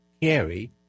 scary